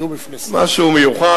משהו מיוחד.